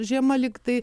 žiema lyg tai